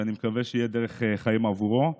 שאני מקווה שיהיה דרך חיים עבורו.